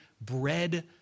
bread